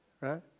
right